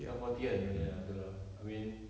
sudah forty kan oh ya itu lah I mean